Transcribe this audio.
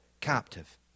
captive